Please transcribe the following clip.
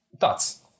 Thoughts